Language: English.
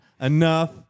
Enough